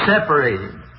separated